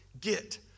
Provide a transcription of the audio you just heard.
get